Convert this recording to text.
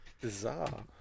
Bizarre